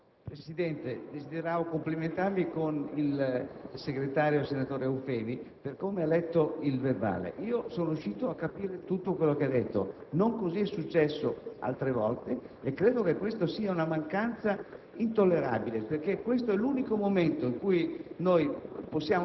Presidente, desideravo complimentarmi con il senatore segretario Eufemi per come ha letto il verbale. Sono riuscito a capire tutto quello che ha detto. Non così è successo altre volte e credo che sia una mancanza intollerabile perché questo è l'unico momento in cui possiamo